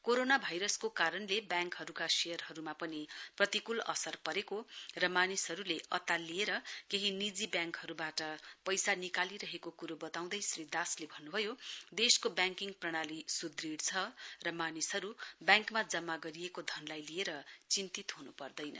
corona भाइरसको कारणले ब्यांकहरुका शेयरहरुमा पनि प्रतिकूल असर परेको र मानिसहरुले अतालिएर केही निजी व्याङ्कहरुवाट पैसा निकालिरहेको कुरो वताउँदै श्री दासले भन्नुभयो देशको ब्याङ्किङ प्रणाली सुदृह छ र मानिसहरु ब्याङ्कमा जम्मा गरिएको धनलाई लिएर चिन्तित हुनु पर्दैन